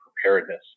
preparedness